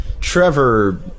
Trevor